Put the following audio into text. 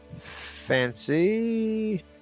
fancy